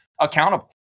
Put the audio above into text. accountable